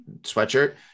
sweatshirt